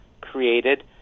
created